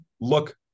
look